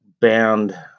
band